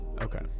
Okay